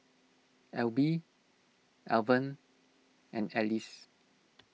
Elby Alvan and Alice